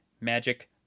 magic